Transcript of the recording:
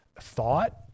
thought